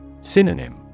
Synonym